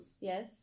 Yes